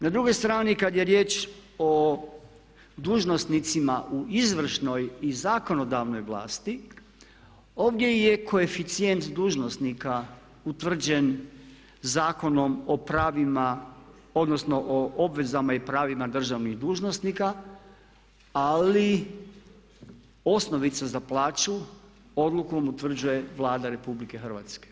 Na drugoj strani kad je riječ o dužnosnicima u izvršnoj i zakonodavnoj vlasti ovdje je koeficijent dužnosnika utvrđen Zakonom o pravima odnosno o obvezama i pravima državnih dužnosnika, ali osnovicu za plaću odlukom utvrđuje Vlada Republike Hrvatske.